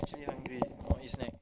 I actually hungry I want to eat snack